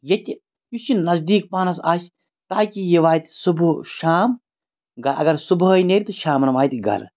ییٚتہِ یُس یہِ نزدیٖک پَہنَس آسہِ تاکہِ یہِ واتہِ صُبح شام اگر صُبحٲے نیرِ تہٕ شامَن واتہِ گَرٕ